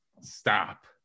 Stop